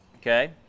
Okay